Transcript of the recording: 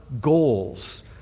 Goals